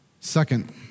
Second